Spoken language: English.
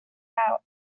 out